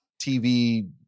TV